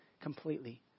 completely